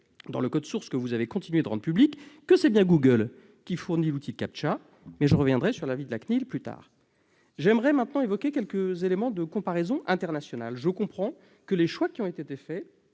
dans le code source que vous avez continué de rendre public, que c'est bien Google qui fournit l'outil captcha. Je reviendrai sur l'avis de la CNIL. Je souhaiterais maintenant évoquer quelques éléments de comparaison internationale. Je comprends que les choix du Gouvernement